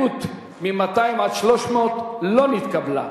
מ-3 ועד 100 לא נתקבלה.